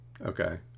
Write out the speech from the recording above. Okay